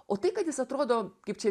o tai kad jis atrodo kaip čia